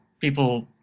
people